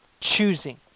choosing